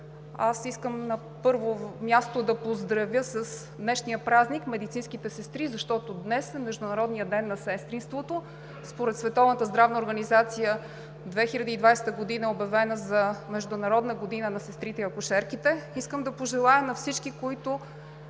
Искам на първо място да поздравя с днешния празник медицинските сестри, защото днес е Международният ден на сестринството. Според Световната здравна организация 2020 г. е обявена за Международна година на сестрите и акушерките. Искам да пожелая на всички, които